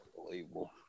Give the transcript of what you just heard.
unbelievable